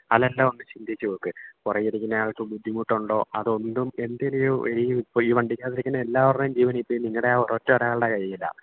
അതെല്ലാം ഒന്ന് ചിന്തിച്ചു നോക്ക് പുറകിൽ ഇരിക്കുന്ന ആൾക്ക് ബുദ്ധിമുട്ടുണ്ടോ അതു കൊണ്ടും എന്തേലും ഒരു വണ്ടിക്ക് അകത്തിരിക്കുന്ന എല്ലാവരുടെയും ജീവൻ ഇപ്പം നിങ്ങളുടെ ആ ഒരൊറ്റ ഒരാളുടെ കൈയിലാണ്